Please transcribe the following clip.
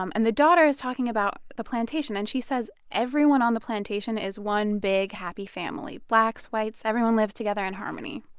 um and the daughter is talking about the plantation and she says everyone on the plantation is one big happy family blacks, whites, everyone lives together in harmony